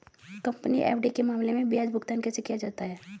Company FD के मामले में ब्याज भुगतान कैसे किया जाता है?